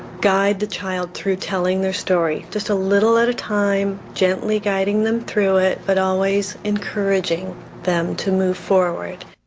guide the child through telling their story. just a little at a time, gently guiding them through it, but always encouraging them to move forward.